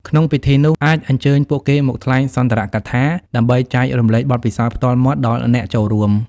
ក្នុងពិធីនោះ អាចអញ្ជើញពួកគេមកថ្លែងសុន្ទរកថាដើម្បីចែករំលែកបទពិសោធន៍ផ្ទាល់មាត់ដល់អ្នកចូលរួម។